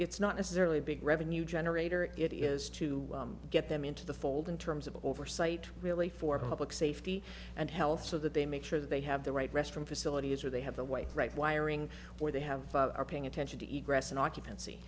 it's not necessarily big revenue generator it is to get them into the fold in terms of oversight really for public safety and health so that they make sure they have the right restroom facilities or they have the white right wiring where they have are paying attention to each gresson occupancy